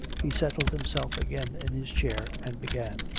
he settled himself again in his chair, and began.